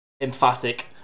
emphatic